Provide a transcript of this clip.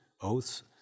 oaths